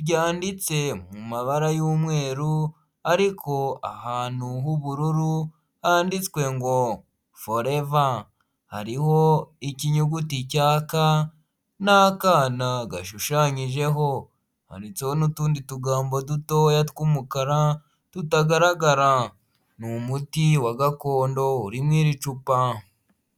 ryanditse mu mabara y'umweru ariko ahantu h'ubururu, handitswe ngo foreva. Hariho ikinyuguti cya ka n'akana gashushanyijeho. Handitseho n'utundi tugambo dutoya tw'umukara tutagaragara. Ni umuti wa gakondo uri muri iri cupa.